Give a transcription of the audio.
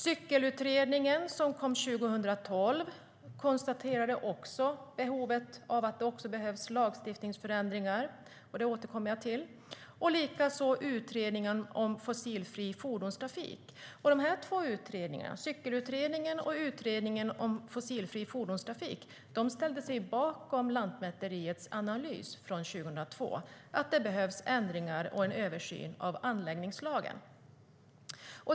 Cyklingsutredningen, som kom 2012, konstaterade också behovet av lagstiftningsförändringar - det återkommer jag till - likaså Utredningen om fossilfri fordonstrafik. De två utredningarna, Cyklingsutredningen och Utredningen om fossilfri fordonstrafik, ställde sig bakom Lantmäteriets analys från 2002 att det behövs ändringar och en översyn av anläggningslagen.